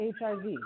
HIV